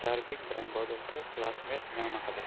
ᱪᱟᱨᱵᱤᱠ brand ᱵᱚᱫᱚᱞᱛᱮ classmate ᱧᱟᱢ ᱟᱠᱟᱫᱟ